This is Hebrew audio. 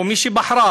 או מי שבחרה,